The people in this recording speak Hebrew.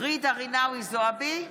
ג'ידא רינאוי זועבי,